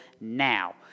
now